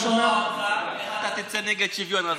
שומע, אחר כך תצא נגד שוויון.